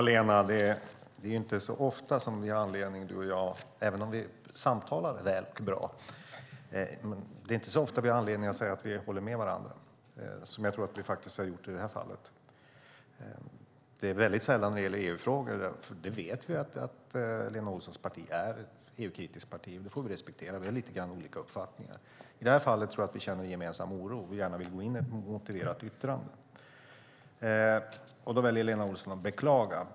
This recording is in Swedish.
Fru talman! Även om Lena Olsson och jag samtalar väl och bra är det inte så ofta som vi har anledning att säga att vi håller med varandra, som jag tror att vi har gjort i det här fallet. Det är sällan när det gäller EU-frågor. Vi vet att Lena Olssons parti är ett EU-kritiskt parti. Det får vi respektera. Vi har olika uppfattningar. I det här fallet känner vi en gemensam oro och vill gärna lämna ett motiverat yttrande. Då väljer Lena Olsson att beklaga.